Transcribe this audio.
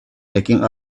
taking